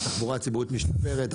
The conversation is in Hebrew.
התחבורה הציבורית משתפרת,